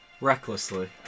Recklessly